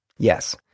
Yes